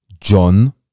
John